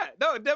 no